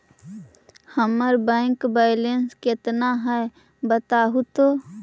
हमर bank balance केतना है बताहु तो?